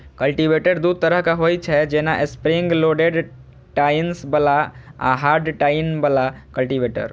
cultivator दू तरहक होइ छै, जेना स्प्रिंग लोडेड टाइन्स बला आ हार्ड टाइन बला कल्टीवेटर